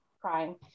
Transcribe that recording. crying